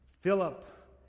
philip